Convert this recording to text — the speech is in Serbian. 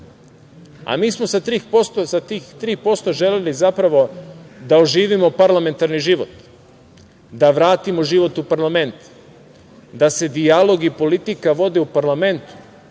a mi smo sa tih 3% želeli zapravo da oživimo parlamentarni život, da vratimo život u parlament, da se dijalog i politika vode u parlamentu,